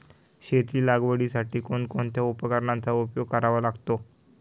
शेती लागवडीसाठी कोणकोणत्या उपकरणांचा उपयोग करावा लागतो?